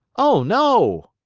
oh, no!